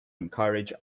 encourage